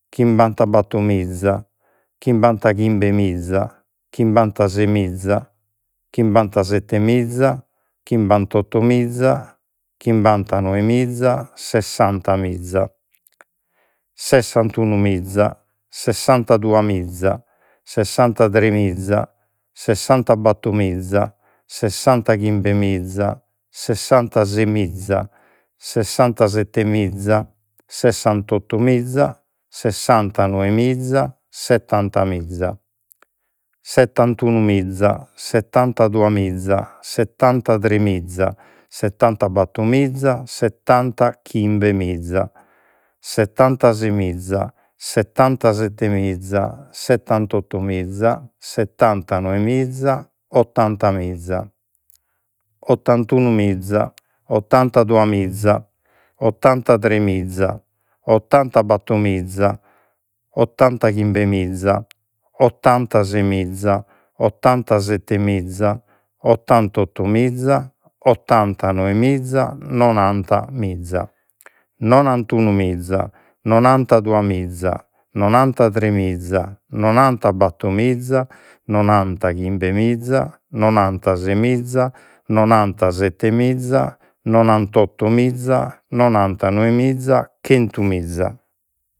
Chimbantabattomiza chimbantachimbemiza chimbantasemiza chimbantasettemiza chimbantottomiza chimbantanoemiza sessantamiza sessantunumiza sessantaduamiza sessantatremiza sessantabattomiza sessantachimbemiza sessantasemiza sessantasettemiza sessantottomiza sessantanoemiza settantamiza settantunumiza settanduamiza settantatremiza settantabattomiza settantachimbemiza settantasemiza settantasettemiza settantottomiza settantanoemiza ottantamiza ottantunumiza ottantaduamiza ottantatremiza ottantabattomiza ottantachimbemiza ottantasemiza ottantasettemiza ottantottomiza ottantanoemiza nonantamiza nonantunumiza nonantaduamiza nonantatremiza nonantabattomiza nonantachimbemiza nonantasemiza nonantasettemiza nonantottomiza nonantanoemiza chentumiza